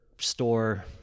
store